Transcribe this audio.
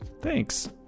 thanks